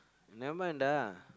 never mind ah